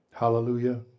hallelujah